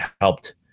helped